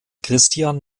christian